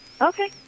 okay